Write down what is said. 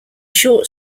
short